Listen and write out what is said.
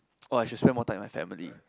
oh I should spend more time with my family